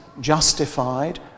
justified